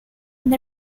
and